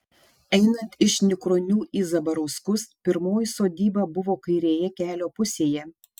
einant iš nikronių į zabarauskus pirmoji sodyba buvo kairėje kelio pusėje